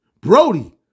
Brody